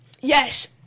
Yes